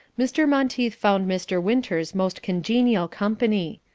mr. monteith found mr. winters most congenial company.